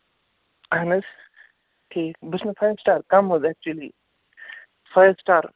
اَہَن حظ ٹھیٖک بہٕ چھُس نہَ فایِو سِٹار کَم حظ ایٚکچُؤلی فایِو سِٹار